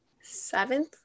seventh